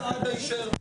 הצעת חוק בתי המשפט (תיקון מס' 105)